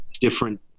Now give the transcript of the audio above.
Different